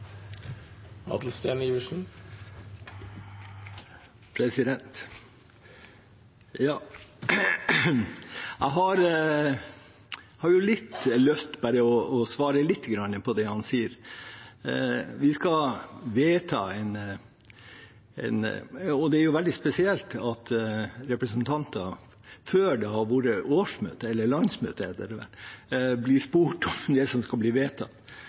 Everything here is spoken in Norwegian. Jeg har lyst til å svare lite grann på det han sier. Vi skal vedta en innstilling. Det er spesielt at representanter, før det har vært årsmøte og landsmøte, blir spurt om det som skal bli vedtatt